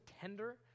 tender